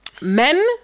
men